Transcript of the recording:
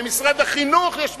במשרד החינוך יש מחוזות.